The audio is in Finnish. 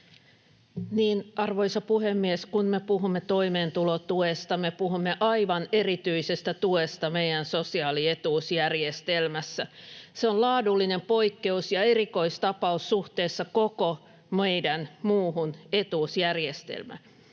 Arvoisa puhemies! Kun me puhumme toimeentulotuesta, me puhumme aivan erityisestä tuesta meidän sosiaalietuusjärjestelmässä. Se on laadullinen poikkeus ja erikoistapaus suhteessa koko meidän muuhun etuusjärjestelmään.